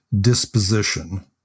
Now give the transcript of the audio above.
disposition